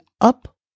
up